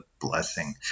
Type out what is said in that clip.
blessing